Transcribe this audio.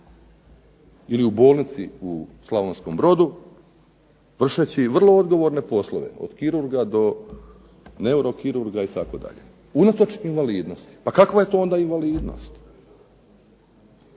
ili u bolnici u Slavonskom Brodu vršeći vrlo odgovorne poslove od kirurga, neurokirurga itd. unatoč invalidnosti. Pa kakva je to onda invalidnost?